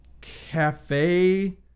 cafe